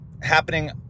happening